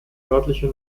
örtlichen